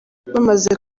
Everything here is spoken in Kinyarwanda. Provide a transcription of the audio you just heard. bamaze